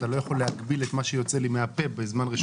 אתה לא יכול להגביל את מה שיוצא לי מהפה בזמן רשות דיבור.